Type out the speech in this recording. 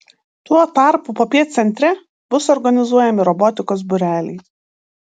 tuo tarpu popiet centre bus organizuojami robotikos būreliai